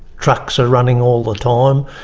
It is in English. trucks are running all the time,